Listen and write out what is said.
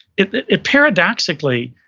it it paradoxically,